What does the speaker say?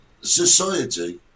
society